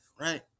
right